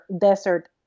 desert